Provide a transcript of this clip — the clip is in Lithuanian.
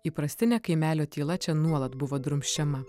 įprastinė kaimelio tyla čia nuolat buvo drumsčiama